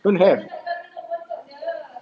don't have